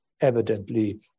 evidently